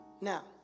Now